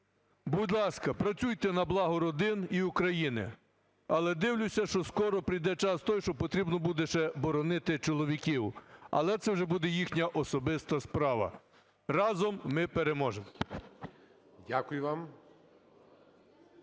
Будь ласка, працюйте на благо родин і України. Але дивлюся, що скоро прийде час той, що потрібно буде ще боронити чоловіків, але це вже буде їхня особиста справа. Разом ми переможемо! ГОЛОВУЮЧИЙ.